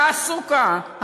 תעסוקה,